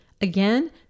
Again